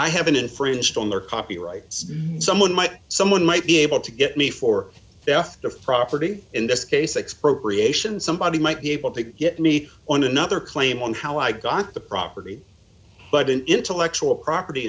i haven't infringed on their copyrights someone might someone might be able to get me for theft of property in this case expropriation somebody might be able to get me on another claim on how i got the property but an intellectual property